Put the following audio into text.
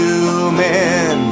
Human